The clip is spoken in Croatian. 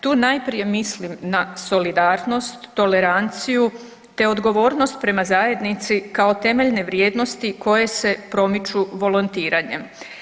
Tu najprije mislim na solidarnost, toleranciju, te odgovornost prema zajednici kao temeljne vrijednosti koje se promiču volontiranjem.